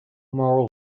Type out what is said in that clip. moral